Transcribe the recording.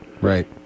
Right